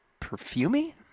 perfumey